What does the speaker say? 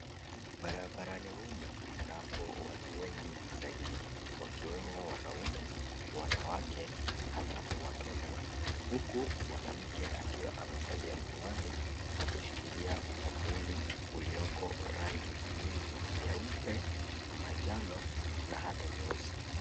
Barabarani humu mnako watu wengi zaidi. Wakiwemo wanaume kwa wanawake hata watoto. Huku mwanamke akiwa amevalia miwani na kushikilia mwavuli ulioko rangi nyingi nyeupe, manjano na hata nyeusi.